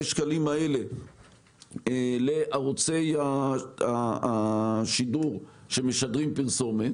שקלים האלה לערוצי השידור שמשדרים פרסומת